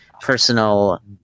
personal